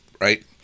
right